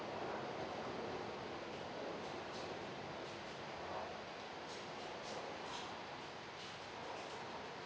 mm